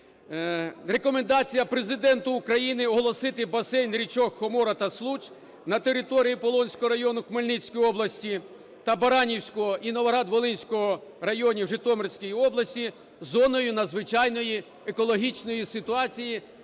Рекомендація Президенту України оголосити басейн річок Хомора та Случ на території Полонського району Хмельницької області та Баранівського і Новоград-Волинського районів Житомирської області зоною надзвичайної екологічної ситуації,